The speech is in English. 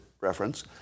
reference